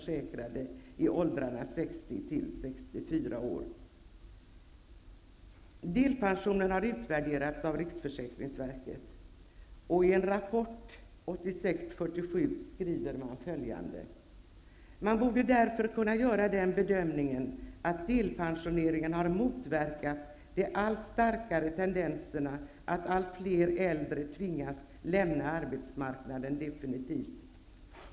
skriver pensionsberedningen följande: ''Man borde därför kunna göra den bedömningen att delpensioneringen har motverkat de allt starkare tendenserna att allt fler äldre tvingas lämna arbetsmarknaden definitivt.